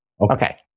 okay